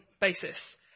basis